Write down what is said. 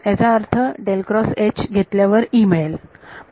याचा अर्थ घेतल्यावर मिळेल